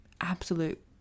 absolute